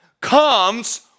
comes